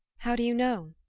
how do you know?